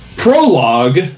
prologue